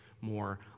more